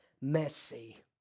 messy